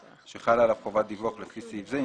שחלה עליו חובת דיווח לפי סעיף זה,